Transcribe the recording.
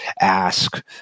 ask